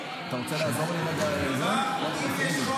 --- כלומר אם אין חוק גיוס, אתם ממשיכים?